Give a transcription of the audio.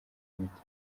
muke